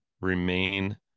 remain